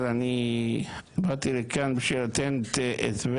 אבל אני באתי לכאן כדי לתת הסבר,